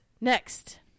Next